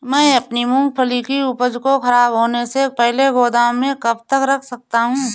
मैं अपनी मूँगफली की उपज को ख़राब होने से पहले गोदाम में कब तक रख सकता हूँ?